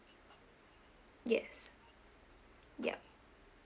yes yup